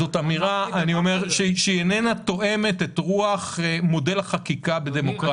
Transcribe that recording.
זו אמירה שאינה תואמת את רוח מודל החקיקה בדמוקרטיה.